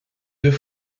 deux